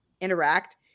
interact